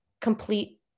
complete